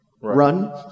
Run